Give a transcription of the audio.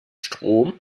strom